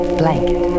blanket